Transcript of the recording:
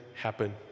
happen